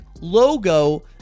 logo